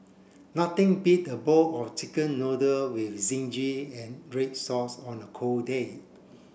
nothing beat a bowl of chicken noodle with zingy and red sauce on a cold day